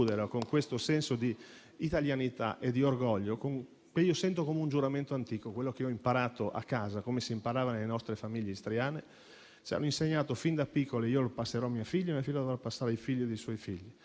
con questo senso di italianità e di orgoglio, che sento come un giuramento antico, quello che ho imparato a casa, come si imparava nelle nostre famiglie istriane che ci hanno insegnato fin da piccoli, che io passerò a mio figlio e mio figlio lo dovrà trasmettere ai figli dei suoi figli.